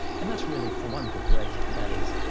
and that's really for one good reason, that is,